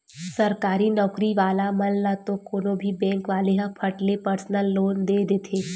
सरकारी नउकरी वाला मन ल तो कोनो भी बेंक वाले ह फट ले परसनल लोन दे देथे